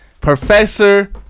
Professor